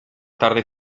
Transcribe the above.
tarde